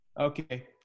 Okay